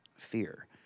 fear